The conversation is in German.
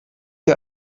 ihr